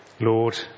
Lord